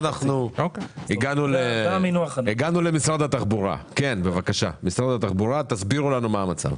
הגענו למשרד התחבורה, תסבירו לנו מה המצב.